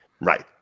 right